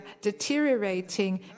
deteriorating